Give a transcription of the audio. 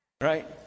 right